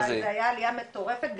הייתה עלייה מטורפת,